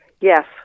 Yes